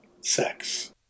sex